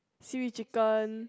seaweed chicken